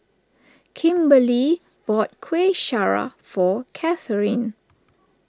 Kimberlee bought Kueh Syara for Catherine